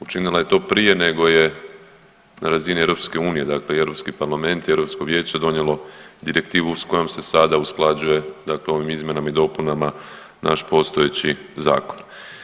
Učinila je to prije nego je na razini EU dakle i Europski parlament i Europsko vijeće donijelo direktivu sa kojom se sada usklađuje, dakle ovim izmjenama i dopunama naš postojeći zakon.